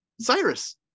Cyrus